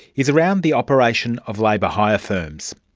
is around the operation of labour hire firms.